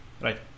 right